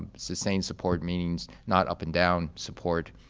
um sustained support means not up and down support.